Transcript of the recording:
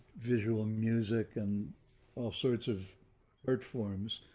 visual music, and all sorts of art forms.